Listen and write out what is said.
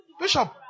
Bishop